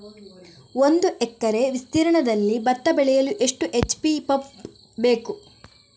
ಒಂದುಎಕರೆ ವಿಸ್ತೀರ್ಣದಲ್ಲಿ ಭತ್ತ ಬೆಳೆಯಲು ಎಷ್ಟು ಎಚ್.ಪಿ ಪಂಪ್ ಬೇಕು?